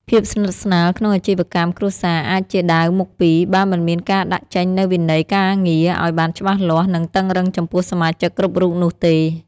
ភាពស្និទ្ធស្នាលក្នុងអាជីវកម្មគ្រួសារអាចជាដាវមុខពីរ បើមិនមានការដាក់ចេញនូវវិន័យការងារឱ្យបានច្បាស់លាស់ និងតឹងរ៉ឹងចំពោះសមាជិកគ្រប់រូបនោះទេ។